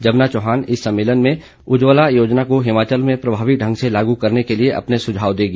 जबना चौहान इस सम्मेलन में उज्जवला योजना को हिमाचल में प्रभावी ढंग से लागू करने के लिये अपने सुझाव देगी